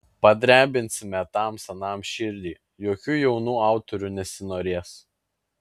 padrebinsime tam senam širdį jokių jaunų autorių nesinorės